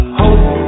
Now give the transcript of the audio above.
hope